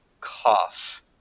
cough